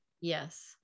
yes